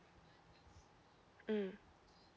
mm